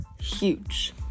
huge